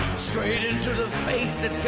straight into the face that